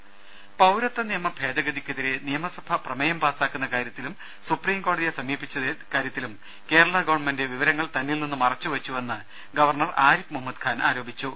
രദേശ പൌരത്വ നിയമ ഭേദഗതിക്കെതിരെ നിയമസഭ പ്രമേയം പാസാക്കുന്ന കാര്യത്തിലും സുപ്രീം കോടതിയെ സമീപിച്ചതിലും കേരള ഗവൺമെന്റ് വിവരങ്ങൾ തന്നിൽനിന്നും മറച്ചുവെച്ചുവെന്ന് ഗവർണർ ആരിഫ് മുഹമ്മദ് ഖാൻ ആരോപിച്ചു